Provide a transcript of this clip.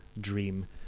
dream